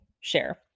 share